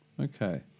Okay